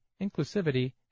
inclusivity